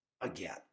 again